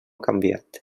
canviat